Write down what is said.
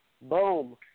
Boom